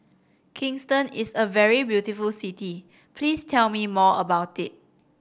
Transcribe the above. Kingston is a very beautiful city please tell me more about it